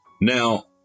Now